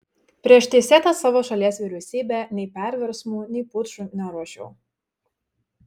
prieš teisėtą savo šalies vyriausybę nei perversmų nei pučų neruošiau